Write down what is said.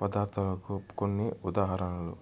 పదార్ధాలకు కొన్ని ఉదాహరణలు